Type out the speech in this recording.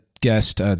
guest